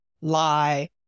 lie